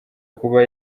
kuba